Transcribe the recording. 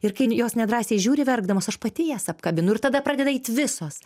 ir kai jos nedrąsiai žiūri verkdamos aš pati jas apkabinu ir tada pradeda eit visos